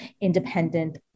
independent